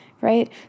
Right